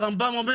הרמב"ם אומר